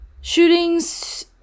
Shootings